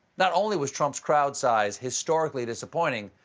not only was trump's crowd size historically disappointing,